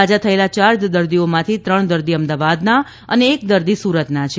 સાજા થયેલા ચાર દર્દીઓમાંથી ત્રણ દર્દી અમદાવાદના અને એક દર્દી સુરતના છે